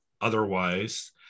otherwise